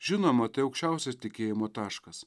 žinoma tai aukščiausias tikėjimo taškas